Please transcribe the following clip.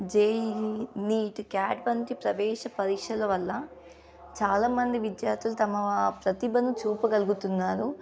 JEE NEET CAT వంటి ప్రవేశ పరీక్షల వల్ల చాలామంది విద్యార్థులు తమ ప్రతిభను చూపగలుగుతున్నారు